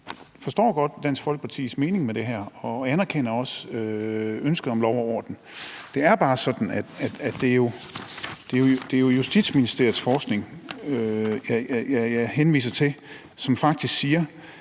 forstår godt Dansk Folkepartis mening med det her og anerkender også ønsket om lov og orden, men jeg vil henvise til Justitsministeriets forskning, som faktisk siger,